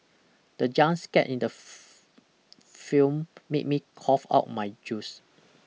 the jump scared in the film made me cough out my juice